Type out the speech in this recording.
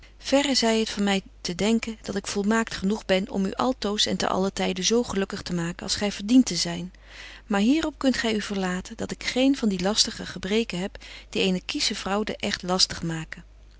verre zy het van my te denken dat ik volmaakt genoeg ben om u altoos en ten allen tyde zo gelukkig betje wolff en aagje deken historie van mejuffrouw sara burgerhart te maken als gy verdient te zyn maar hier op kunt gy u verlaten dat ik geen van die lastige gebreken heb die eene kiesche vrouw den echt lastig maken